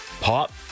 pop